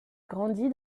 grandi